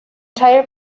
teil